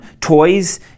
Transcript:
toys